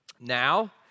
Now